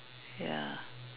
ya